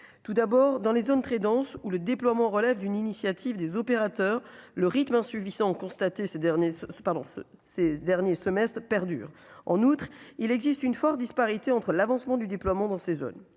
tout d'abord dans les zones très denses où le déploiement relève d'une initiative des opérateurs, le rythme insuffisant ces derniers pardon ces derniers semestres perdure, en outre, il existe une forte disparité entre l'avancement du déploiement dans ces zones,